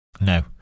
No